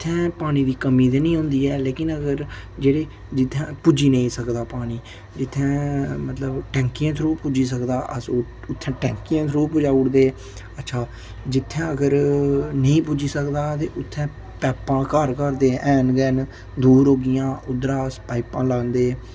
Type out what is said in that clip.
इत्थैं पानी दी कमी ते नी औंदी ऐ लेकिन अगर जेह्ड़े जित्थै पुज्जी नेईं सकदा पानी जित्थैं मतलब टैंकियें थ्रू पुज्जी सकदा अस उत्थै टैंकियें दे थ्रू पजाई ओड़दे अच्छा जित्थै अगर नेईं पुज्जी सकदा ते उत्थै पैपां घर घर ते हैन गै हैन दूर होगियां उद्धरा अस पाइपां लांदे